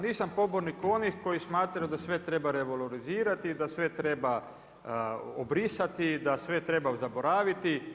Nisam pobornik onih koji smatraju da sve treba revalorizirati, da sve treba obrisati, da sve treba zaboraviti.